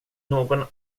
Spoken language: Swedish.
någon